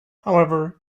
however